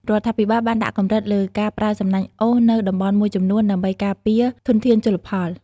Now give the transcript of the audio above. រដ្ឋាភិបាលបានដាក់កម្រិតលើការប្រើសំណាញ់អូសនៅតំបន់មួយចំនួន ដើម្បីការពារធនធានជលផល។